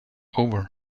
over